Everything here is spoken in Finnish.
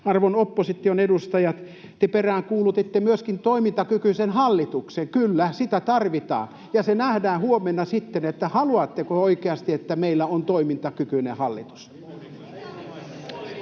Arvon opposition edustajat, te peräänkuulutitte myöskin toimintakykyistä hallitusta. Kyllä, sitä tarvitaan, ja se nähdään huomenna sitten, haluatteko oikeasti, että meillä on toimintakykyinen hallitus.